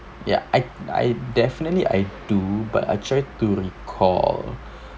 ya I I definitely I do but I tried to recall